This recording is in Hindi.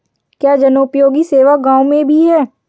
क्या जनोपयोगी सेवा गाँव में भी है?